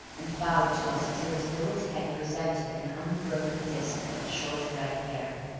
and bowed to us until his bullet head presented an unbroken disk of short red hair.